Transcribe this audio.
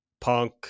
punk